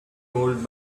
old